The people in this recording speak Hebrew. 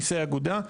מיסי אגודה.